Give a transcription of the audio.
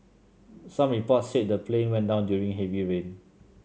some reports said the plane went down during heavy rain